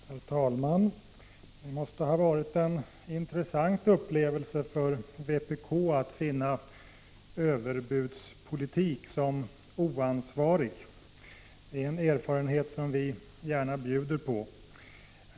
Herr talman! Det måste ha varit en intressant upplevelse för vpk att finna överbudspolitik vara oansvarig. Det är en erfarenhet som vi gärna bjuder på.